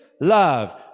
Love